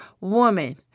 Woman